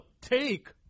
take